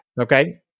Okay